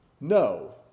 No